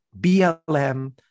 BLM